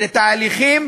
לתהליכים